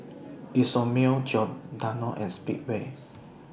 Isomil Giordano and Speedway